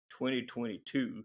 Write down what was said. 2022